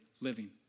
living